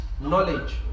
knowledge